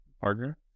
partner